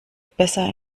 besser